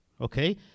Okay